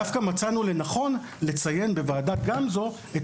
דווקא מצאנו לנכון לציין בוועדת גמזו את